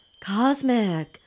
Cosmic